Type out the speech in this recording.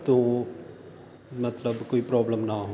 ਤੋ ਮਤਲਬ ਕੋਈ ਪ੍ਰੋਬਲਮ ਨਾ ਹੋਏ